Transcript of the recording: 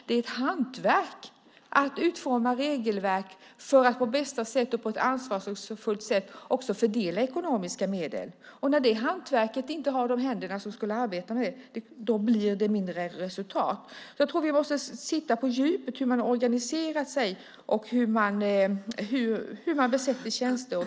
Det är ett hantverk att utforma regelverk för att på bästa sätt, och på ett ansvarsfullt sätt, också fördela ekonomiska medel. När det hantverket inte har de händer som skulle arbeta med det blir det mindre resultat. Jag tror att vi måste titta på djupet, hur man har organiserar sig och hur man besätter tjänster.